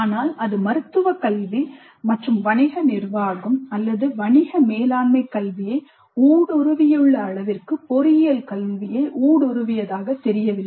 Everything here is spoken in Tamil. ஆனால் அது மருத்துவக் கல்வி மற்றும் வணிக நிர்வாகம் அல்லது வணிக மேலாண்மைக் கல்வியை ஊடுருவியுள்ள அளவிற்கு பொறியியல் கல்வியை ஊடுருவியதாகத் தெரியவில்லை